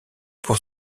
pour